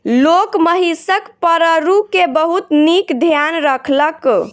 लोक महिषक पड़रू के बहुत नीक ध्यान रखलक